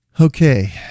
Okay